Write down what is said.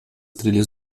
trilhas